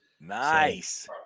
Nice